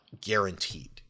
guaranteed